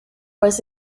was